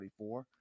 44